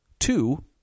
Two